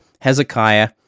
Hezekiah